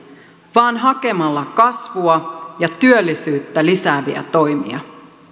vaan hakemalla kasvua ja työllisyyttä lisääviä toimia